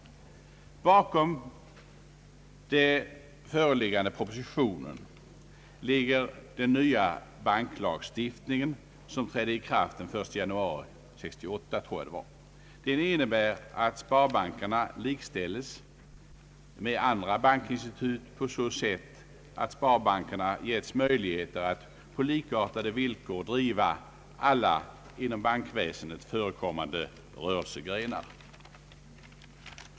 Bakom den föreliggande propositionen ligger den nya banklagstiftningen som trädde i kraft den 1 januari 1969. Den innebär att sparbankerna likställs med andra bankinstitut på så sätt att sparbankerna ges möjlighet att på likartade villkor driva alla inom bankväsendet förekommande rörelsegrenar.